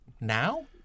Now